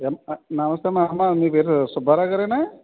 ఏం నమస్తే మా అమ్మ మీ పేరు సుబ్బారావు గారేనా